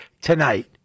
tonight